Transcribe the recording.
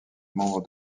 membre